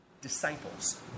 disciples